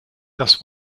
das